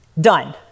Done